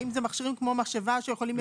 האם זה מכשירים כמו משאבה שיכולים לקצר?